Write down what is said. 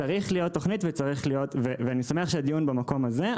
צריכה להיות תוכנית ואני שמח שהדיון מתנהל במקום הזה.